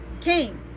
came